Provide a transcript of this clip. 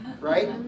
right